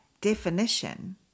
definition